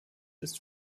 ist